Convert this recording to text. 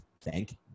Thank